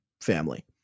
family